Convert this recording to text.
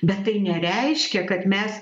bet tai nereiškia kad mes